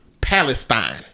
Palestine